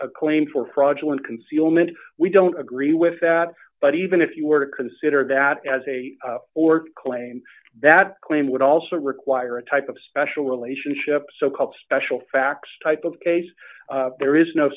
claim for fraudulent concealment we don't agree with that but even if you were to consider that as a claim that claim would also require a type of special relationship so called special facts type of case there is no